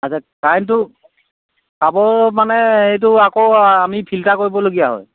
আচ্ছা কাৰেণ্টটো পাব মানে এইটো আকৌ আমি ফিল্টাৰ কৰিবলগীয়া হয়